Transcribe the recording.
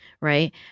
right